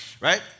Right